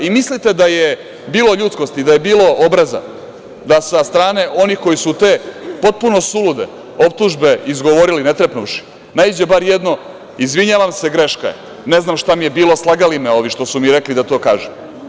Mislite da je bilo ljudskosti, da je bilo obraza da sa strane onih koji su te potpuno sulude optužbe izgovorili ne trepnuvši, naiđe bar jedno – izvinjavam se, greška je, ne znam šta mi je bilo, slagali me ovi što su mi rekli da to kažem?